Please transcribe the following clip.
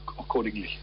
accordingly